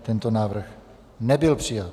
Tento návrh nebyl přijat.